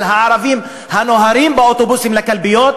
על הערבים הנוהרים באוטובוסים לקלפיות,